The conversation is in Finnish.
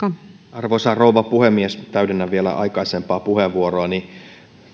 arvoisa rouva puhemies täydennän vielä aikaisempaa puheenvuoroani